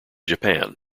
japan